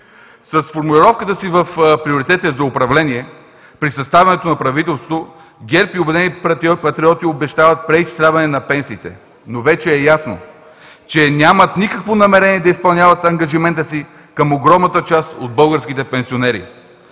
С формулировката си в приоритетите за управление при съставянето на правителството ГЕРБ и „Обединени патриоти“ обещават преизчисляване на пенсиите, но вече е ясно, че нямат никакво намерение да изпълняват ангажимента си към огромната част от българските пенсионери.